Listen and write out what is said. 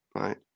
right